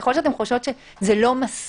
ככל שאתן חושבות שחמישה חודשים זה לא מספיק,